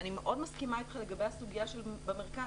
אני מאוד מסכימה אתך לגבי הסוגיה שהעלית לגבי המרכז.